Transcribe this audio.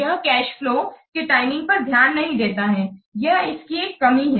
यह cash flows की timing पर ध्यान नहीं देता है यह इसकी एक कमी है